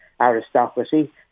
aristocracy